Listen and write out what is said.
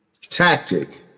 tactic